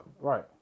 Right